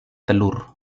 telur